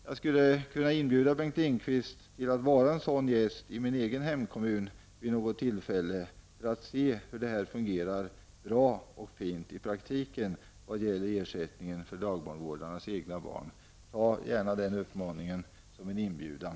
Jag skulle kunna inbjuda Bengt Lindqvist till att vara en sådan gäst i min egen hemkommun vid något tillfälle för att han skall få se hur ersättningen för dagbarnvårdarnas egna barn fungerar bra och fint i praktiken. Ta gärna denna uppmaning som en inbjudan.